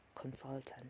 consultant